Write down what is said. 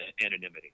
anonymity